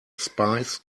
spice